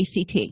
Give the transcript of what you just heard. ACT